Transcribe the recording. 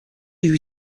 you